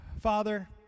Father